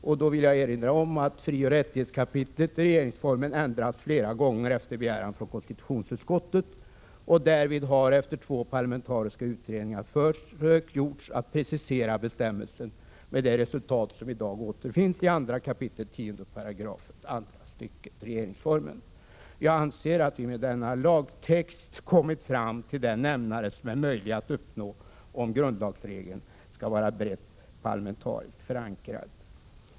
Jag vill då erinra om att frioch rättighetskapitlet i regeringsformen har ändrats flera gånger efter begäran från konstitutionsutskottet. Därvid har, efter två parlamentariska utredningar, försök gjorts att precisera bestämmelsen, med det resultat som i dag återfinns i2 kap. 10 § andra stycket regeringsformen. Jag anser att vi med denna lagtext har kommit fram till den gemensamma nämnare som är möjlig att uppnå om grundlagsregeln skall vara brett parlamentariskt förankrad.